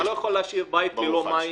אתה לא יכול להשאיר בית ללא מים.